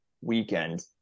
weekend